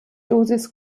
dosis